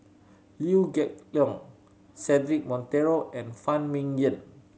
Liew Geok Leong Cedric Monteiro and Phan Ming Yen